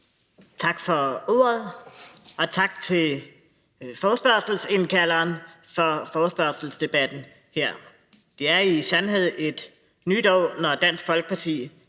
Tak for ordet. Og tak til forespørgselsindkalderen for forespørgselsdebatten her. Det er i sandhed et nyt år, når Dansk Folkeparti